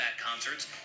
concerts